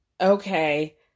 Okay